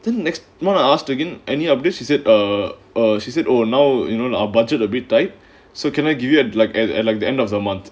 then next one I asked again any of this is it or she said oh no you know lah budget a bit tight so can I give you had like at like the end of the month